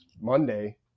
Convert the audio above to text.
Monday